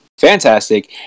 fantastic